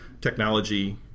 technology